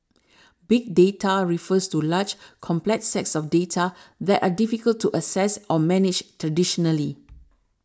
big data refers to large complex sets of data that are difficult to access or manage traditionally